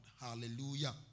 Hallelujah